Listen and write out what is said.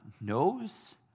knows